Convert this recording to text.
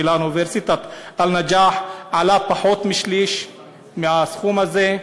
האוניברסיטה א-נג'אח עלה פחות משליש מהסכום הזה.